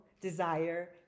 desire